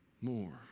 more